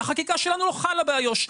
החקיקה שלנו לא חלה באיו"ש,